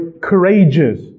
courageous